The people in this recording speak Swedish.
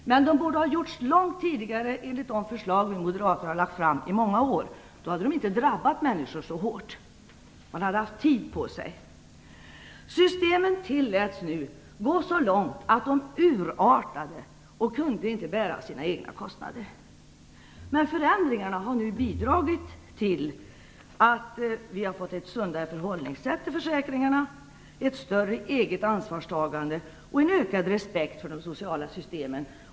Men de borde ha gjorts långt tidigare enligt de förslag som vi moderater har lagt fram under många år. Då hade besparingarna inte drabbat människor så hårt. Man hade haft tid på sig. Systemen tilläts att gå så långt att de urartade och inte kunde bära sina egna kostnader. Förändringarna har nu bidragit till att vi har fått ett sundare förhållningssätt till försäkringarna, ett större eget ansvarstagande och en ökad respekt för de sociala systemen.